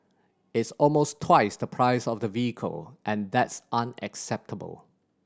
it's almost twice the price of the vehicle and that's unacceptable